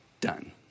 done